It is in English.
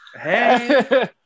hey